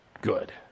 good